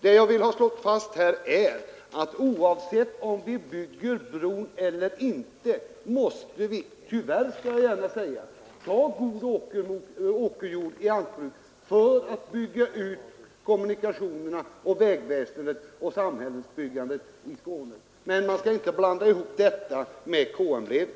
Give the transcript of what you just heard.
Vad jag här vill slå fast är att oavsett om vi bygger bron eller inte måste vi — jag säger gärna tyvärr — ta god åkerjord i anspråk för att öka samhällsbyggandet och vägväsendet i Skåne. Man får inte blanda ihop detta med KM-leden.